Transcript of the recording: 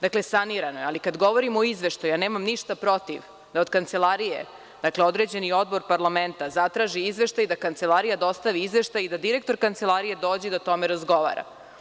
Dakle, sanirano je, ali kada govorimo o izveštaju, ja nemam ništa protiv da od Kancelarije, određeni odbor parlamenta zatraži izveštaj i da Kancelarija dostavi izveštaj i da direktor Kancelarije dođe i da o tome razgovara.